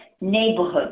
neighborhood